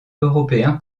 européen